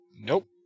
Nope